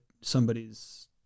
somebody's